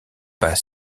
pas